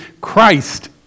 Christ